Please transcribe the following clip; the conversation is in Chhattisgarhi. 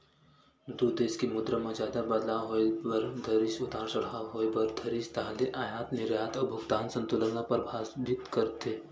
दू देस के मुद्रा म जादा बदलाव होय बर धरिस उतार चड़हाव होय बर धरिस ताहले अयात निरयात अउ भुगतान संतुलन ल परभाबित करथे